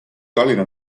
tallinna